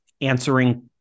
answering